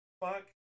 fuck